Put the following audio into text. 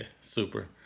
Super